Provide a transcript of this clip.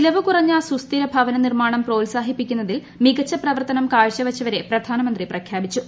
ചിലവ് കുറഞ്ഞ സുസ്ഥിര ഭവന നിർമ്മാണം പ്രോത്സാഹിപ്പിക്കുന്നതിൽ മികച്ച പ്രവർത്തനം കാഴ്ചവെച്ചവരെ പ്രധാനമന്ത്രി് പ്രഖ്യാപിച്ചു